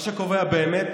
"מה שקובע באמת